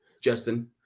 Justin